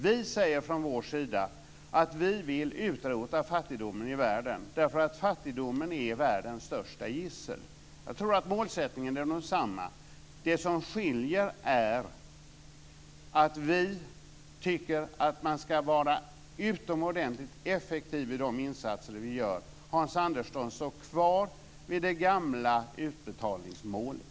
Vi säger från vår sida att vi vill utrota fattigdomen i världen, därför att fattigdomen är världens största gissel. Jag tror att målsättningen är densamma. Det som skiljer är att vi tycker att man skall vara utomordentligt effektiv i de insatser vi gör. Hans Andersson står kvar vid det gamla utbetalningsmålet.